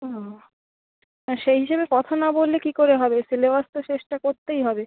ওহ সেই হিসেবে কথা না বললে কী করে হবে সিলেবাস তো শেষটা করতেই হবে